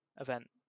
event